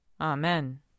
Amen